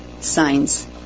signs